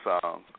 song